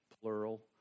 plural